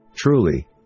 Truly